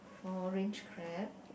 orange crab